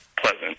pleasant